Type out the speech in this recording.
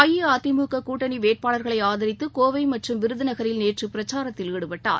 அஇஅதிமுக கூட்டணி வேட்பாளர்களை ஆதரித்து கோவை மற்றும் விருதுநகரில் நேற்று பிரச்சாரத்தில் ஈடுபட்டார்